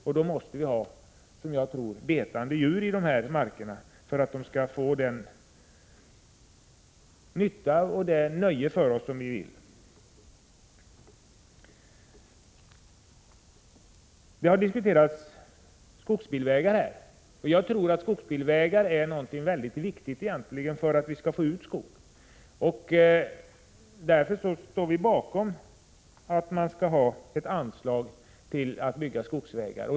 Jag tror att det behövs betande djur i dessa marker för att de skall vara till den nytta och det nöje för oss som vi vill att de skall vara. Det har diskuterats skogsbilvägar. Jag tror att skogsbilvägar är någonting väldigt viktigt för att vi skall få ut något av skogen. Därför står vi bakom att det skall ges anslag för byggande av skogsbilvägar.